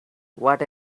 what